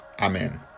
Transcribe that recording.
amen